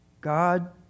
God